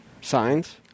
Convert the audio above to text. Signs